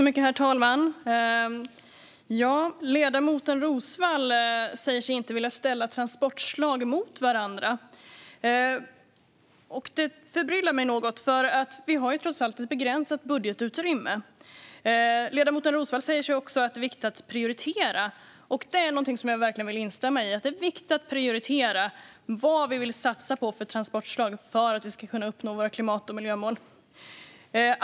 Herr talman! Ledamoten Roswall säger sig inte vilja ställa transportslag mot varandra. Det förbryllar mig något, för vi har ju trots allt ett begränsat budgetutrymme. Ledamoten Roswall säger också att det är viktigt att prioritera, och det vill jag verkligen instämma i. Det är viktigt att vi prioriterar vad vi vill satsa på för transportslag för att kunna uppnå våra klimat och miljömål.